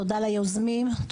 תודה ליוזמים,